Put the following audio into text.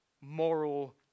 moral